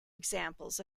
examples